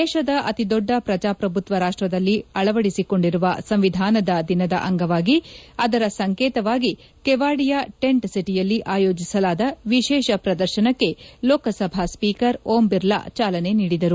ದೇಶದ ಅತಿದೊಡ್ಡ ಪ್ರಜಾಪ್ರಭುತ್ವ ರಾಷ್ಟ್ದಲ್ಲಿ ಅಳವಡಿಸಿಕೊಂಡಿರುವ ಸಂವಿಧಾನದ ದಿನದ ಅಂಗವಾಗಿ ಅದರ ಸಂಕೇತವಾಗಿ ಕೇವಾದಿಯಾ ಟೆಂಟ್ ಸಿಟಿಯಲ್ಲಿ ಆಯೋಜಿಸಲಾದ ವಿಶೇಷ ಪ್ರದರ್ಶನಕ್ಕೆ ಲೋಕಸಭಾ ಸ್ಪೀಕರ್ ಓಂ ಬಿರ್ಲಾ ಚಾಲನೆ ನೀಡಿದರು